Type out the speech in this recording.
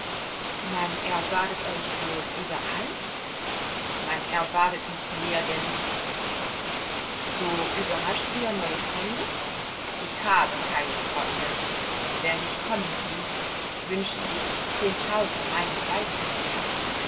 man erwartet euch wohl überall man erwartet mich nirgends so überrascht ihr neue freunde ich habe keine freunde wer mich kommen sieht wünscht sich zehntausend meilen weit von mir